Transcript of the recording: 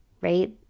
right